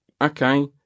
Okay